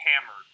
hammered